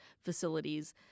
facilities